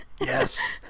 yes